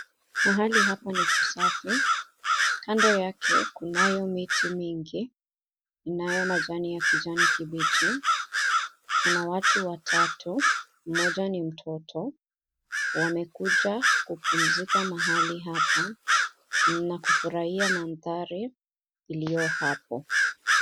Mahali hapo ni pasafi kando Yake kunayo miti mingi inayo majani ya kijani kibichi kuna watu watatu mmoja ni mtoto . Wamekuja kupumzika mahali hapa na kufurahia mandhari ilio hapo.